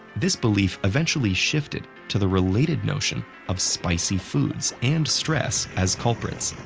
this belief eventually shifted to the related notion of spicy foods and stress as culprits.